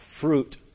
fruit